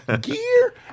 Gear